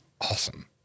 awesome